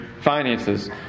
finances